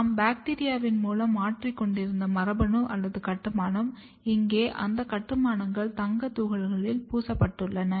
நாம் பாக்டீரியாவின் மூலம் மாற்றிக்கொண்டிருந்த மரபணு அல்லது கட்டுமானம் இங்கே அந்த கட்டுமானங்கள் தங்கத் துகள்களில் பூசப்பட்டுள்ளன